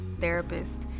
therapist